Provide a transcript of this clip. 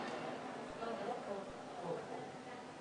אתה יודע שבחברה האורתודוקסית המובהקת,